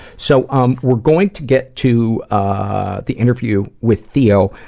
so um, we're going to get to ah the interview with theo,